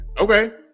Okay